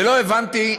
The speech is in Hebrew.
ולא הבנתי,